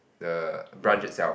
the branch itself